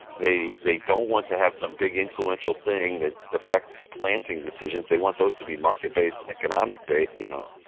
they they don't want to have some big influential thing that affects planting decisions. they want those to be market based, economic based, you know.